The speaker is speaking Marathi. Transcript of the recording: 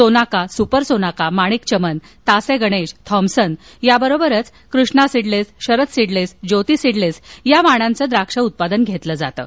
सोनाका सुपर सोनाका माणिक चमन तास ए गणेश थॉमसन याबरोबरच Krishna seedless Sharad seedless Jyoti seedless या वाणाचे द्राक्ष उत्पादन घेतलं जातं